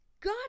God